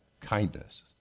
kindness